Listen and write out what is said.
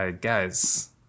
guys